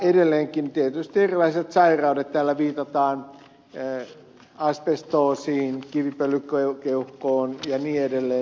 edelleenkin tietysti erilaisilla sairauksilla täällä viitataan asbestoosiin kivipölykeuhkoon ja niin edelleen